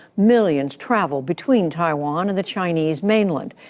millions travel between taiwan and the chinese mainland.